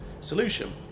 solution